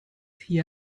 hier